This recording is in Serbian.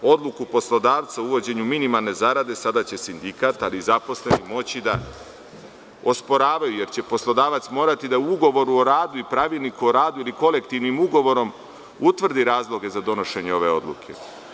Odluku poslodavca o uvođenju minimalne zarade sada će sindikat ali i zaposleni moći da osporavaju jer će poslodavac morati da u ugovoru o radu i pravilniku o radu ili kolektivnim ugovorom utvrdi razloge za donošenje ove odluke.